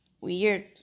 weird